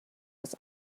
was